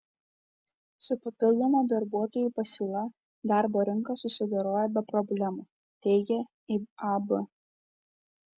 su papildoma darbuotojų pasiūla darbo rinka susidorojo be problemų teigia iab